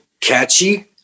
catchy